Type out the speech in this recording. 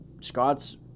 Scott's